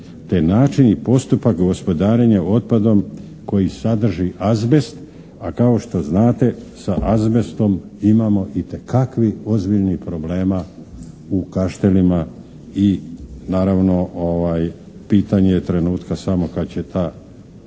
te način i postupak gospodarenja otpadom koji sadrži azbest, a kao što znate sa azbestom imamo itekakvih ozbiljnih problema u Kaštelima i naravno, pitanje je trenutka samo kad će ta